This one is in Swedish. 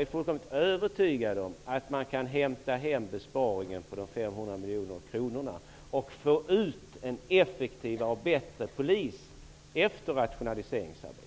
är fullkomligt övertygad om att man kan hämta hem besparingen på 500 miljoner kronor och få en bättre och effektivare polis efter rationaliseringsarbetet.